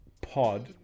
pod